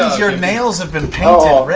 ah your nails have been painted